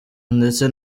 ndetse